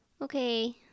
Okay